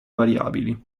variabili